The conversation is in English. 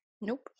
nope